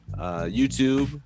YouTube